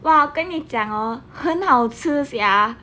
我跟你讲哦很好吃 sia